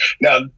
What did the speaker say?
Now